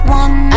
one